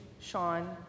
Sean